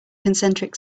concentric